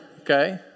Okay